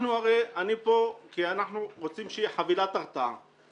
פה כי אנחנו רוצים שתהיה חבילת הרתעה.